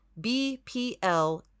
BPL